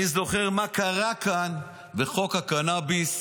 אני זוכר מה קרה כאן בחוק הקנביס.